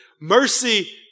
Mercy